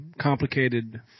complicated